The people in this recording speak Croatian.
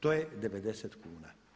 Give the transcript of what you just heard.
To je 90 kuna.